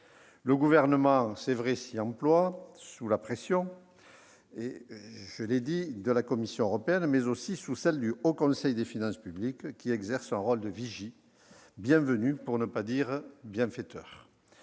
Le Gouvernement, c'est vrai, s'y emploie, sous la pression de la Commission européenne, mais aussi du Haut Conseil des finances publiques, qui exerce un rôle de vigie bienvenu, pour ne pas dire bienfaiteur.